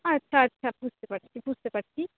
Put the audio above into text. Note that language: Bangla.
আচ্ছা আচ্ছা বুঝতে পারছি বুঝতে পারছি